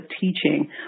teaching